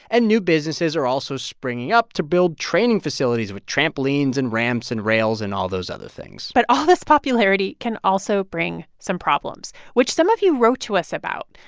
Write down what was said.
and new businesses are also springing up to build training facilities with trampolines and ramps and rails and all those other things but all this popularity can also bring some problems, which some of you wrote to us about.